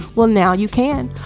well, now you can.